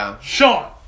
Sean